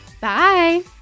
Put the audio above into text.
Bye